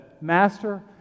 Master